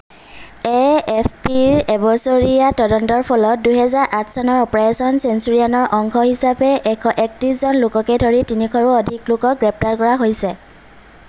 এ F পিৰ এবছৰীয়া তদন্তৰ ফলত দুহেজাৰ আঠ চনৰ অপাৰেচন চেঞ্চুৰিয়ানৰ অংশ হিচাপে এশ একত্ৰিছজন লোককে ধৰি তিনিশৰো অধিক লোকক গ্ৰেপ্তাৰ কৰা হৈছে